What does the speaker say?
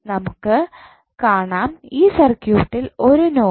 നമുക്ക് കാണാം ഈ സർക്യൂട്ടിൽ ഒരു നോഡ്